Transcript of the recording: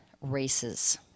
Races